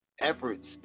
efforts